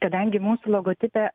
kadangi mūsų logotipe